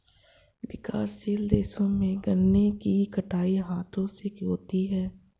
विकासशील देशों में गन्ने की कटाई हाथों से होती है